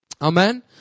Amen